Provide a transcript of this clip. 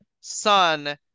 son